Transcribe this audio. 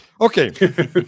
Okay